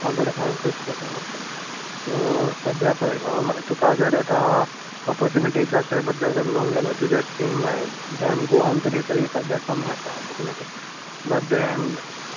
computer सायन्सूच केलें okay so सद्याक पळय तुका जर आतां ऑपर्टुनिटीजा बद्दल उलोवपाक गेलो तुज्या स्ट्रीम वायज देन गोवान तरी सद्याक कमी आसा ऑपर्टुनिटी